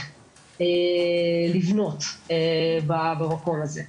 לבנות במקום הזה.